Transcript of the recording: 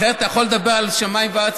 אחרת אתה יכול לדבר על שמיים וארץ,